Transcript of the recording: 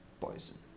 poison